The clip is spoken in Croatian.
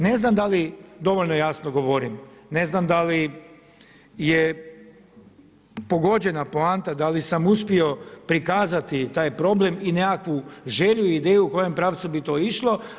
Ne znam da li dovoljno jasno govorim, ne znam da li je pogođena poanta, da li sam uspio prikazati taj problem i nekakvu želju i ideju u kojem pravcu bi to išlo.